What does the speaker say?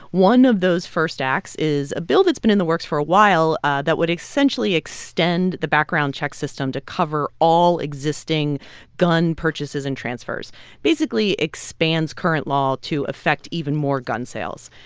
one of those first acts is a bill that's been in the works for a while that would essentially extend the background check system to cover all existing gun purchases and transfers basically expands current law to affect even more gun sales.